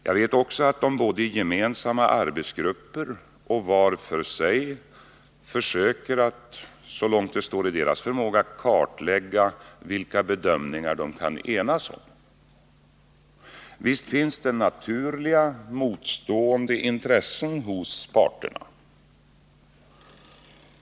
Jag vet också att de både i gemensamma arbetsgrupper och var för sig försöker att så långt det står i deras förmåga kartlägga vilka bedömningar de kan enas om. Visst finns det naturliga motstående intressen hos parterna.